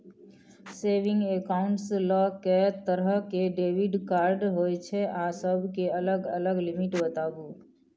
Saving accounts ल के तरह के डेबिट कार्ड होय छै आ सब के अलग अलग लिमिट बताबू?